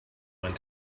went